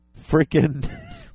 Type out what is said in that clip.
freaking